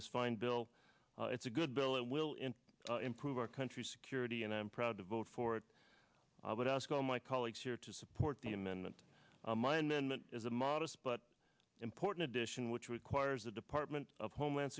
this fine bill it's a good bill it will in improve our country's security and i'm proud to vote for it i would ask all my colleagues here to support the amendment mind then that is a modest but important addition which requires the department of homeland